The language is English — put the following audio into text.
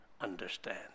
understand